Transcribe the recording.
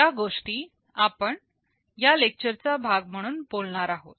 या गोष्टी आपण या लेक्चरचा भाग म्हणून बोलणार आहोत